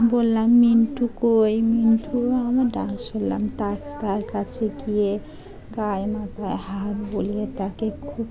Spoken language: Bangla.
বললাম মিন্টু কই মিন্টু আমার ডাক শুনলাম তার তার কাছে গিয়ে গায়ে মাথায় হাত বলিয়ে তাকে খুব